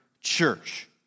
church